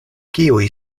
kiuj